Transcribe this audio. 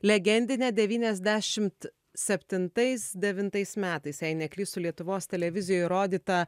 legendinė devyniasdešimt septintais devintais metais jei neklystu lietuvos televizijoj rodyta